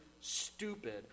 stupid